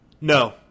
no